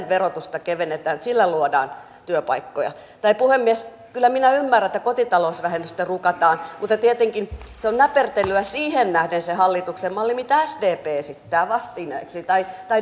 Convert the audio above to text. verotusta kevennetään luodaan työpaikkoja tai puhemies kyllä minä ymmärrän että kotitalousvähennystä rukataan mutta tietenkin se hallituksen malli on näpertelyä siihen nähden mitä sdp esittää